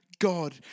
God